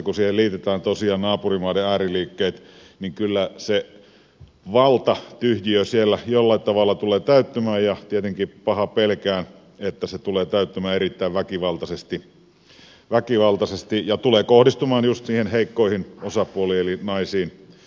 kun mukaan liitetään tosiaan naapurimaiden ääriliikkeet niin kyllä se valtatyhjiö siellä jollain tavalla tulee täyttymään ja tietenkin pahaa pelkään että se tulee täyttymään erittäin väkivaltaisesti ja tulee kohdistumaan just niihin heikkoihin osapuoliin eli naisiin ja tyttöihin